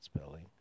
spelling